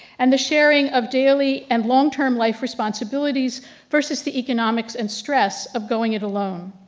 and the sharing of daily and long term life responsibilities versus the economics and stress of going it alone.